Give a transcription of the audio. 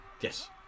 yes